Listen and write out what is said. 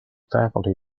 faculty